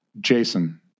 Jason